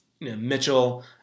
Mitchell